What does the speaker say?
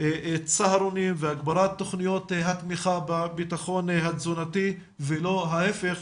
צהרונים והגברת תכניות התמיכה בביטחון התזונתי ולא ההיפך,